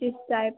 किस टाइप